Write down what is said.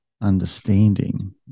understanding